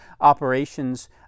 operations